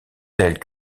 telles